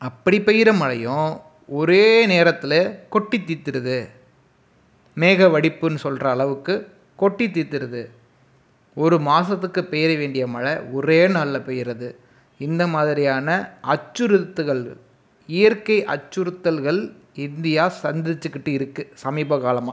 அப்படி பெய்கிற மழையும் ஒரே நேரத்தில் கொட்டி தீர்த்துடுது மேக வடிப்புன்னு சொல்கிற அளவுக்கு கொட்டி தீர்த்திருது ஒரு மாதத்துக்கு பெய்ய வேண்டிய மழை ஒரே நாளில் பெய்கிறது இந்த மாதிரியான அச்சுறுத்துகலள் இயற்கை அச்சுறுத்தல்கள் இந்தியா சந்திச்சுக்கிட்டு இருக்குது சமீபகாலமாக